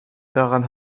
daran